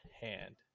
hand